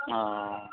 ओ